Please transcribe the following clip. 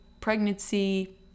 pregnancy